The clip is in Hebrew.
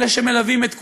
אלה שמלווים את כולנו,